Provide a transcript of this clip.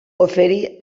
oferí